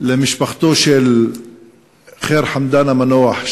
למשפחתו של ח'יר חמדאן המנוח,